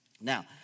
Now